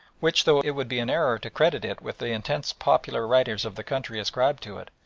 which, though it would be an error to credit it with the intensity popular writers of the country ascribe to it,